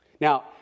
Now